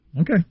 Okay